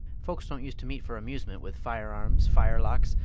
folks don't use to meet for amusement with firearms, firelocks,